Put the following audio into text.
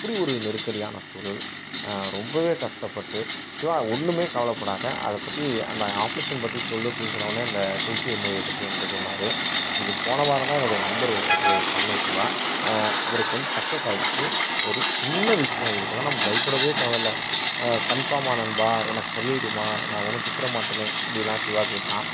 அப்படி ஒரு நெருக்கடியான சூழல் ரொம்பவே கஷ்டப்பட்டு சிவா ஒன்றுமே கவலைப்படாத அதைப் பற்றி அந்த ஆப்ரேஷன் பற்றி சொல் அப்படின்னு சொன்னவுன்னே அந்த சிகிச்சை முறையை பற்றி என்கிட்டே சொன்னார் இது போன வாரம்தான் என்னுடைய நண்பர் ஒருத்தருக்கு பண்ணிணேன் சிவா அவருக்கு வந்து சக்ஸஸ் ஆகிடுச்சி ஒரு சின்ன விஷயம் இதுக்கெல்லாம் நம்ம பயப்படவே தேவையில்லை கன்ஃபார்மாக நண்பா எனக்கு சரியாயிடுமா நான் ஒன்றும் செத்துவிட மாட்டேனே அப்படில்லாம் சிவா கேட்டான்